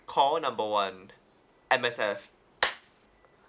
call number one M_S_F